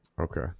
Okay